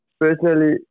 personally